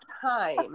time